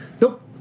nope